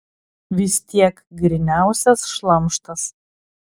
vis tiek gryniausias šlamštas